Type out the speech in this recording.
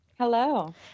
Hello